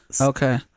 Okay